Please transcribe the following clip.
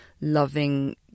loving